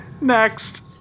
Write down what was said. Next